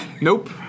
nope